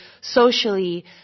socially